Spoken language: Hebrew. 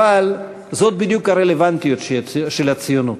אבל זאת בדיוק הרלוונטיות של הציונות.